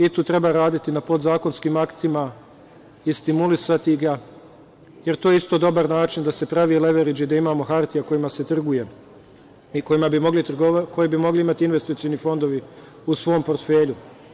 I tu treba raditi na podzakonskim aktima i stimulisati ga, jer to je isto dobar način da se pravi leverage i da imamo hartije kojima se trguje i koje bi mogli imati investicioni fondovi u svom portfelju.